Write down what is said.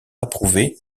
approuver